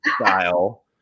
style